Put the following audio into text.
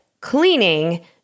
cleaning